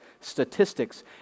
statistics